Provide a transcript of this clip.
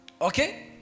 Okay